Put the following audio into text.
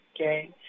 okay